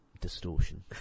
distortion